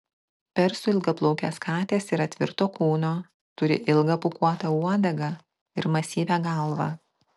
persų ilgaplaukės katės yra tvirto kūno turi ilgą pūkuotą uodegą ir masyvią galvą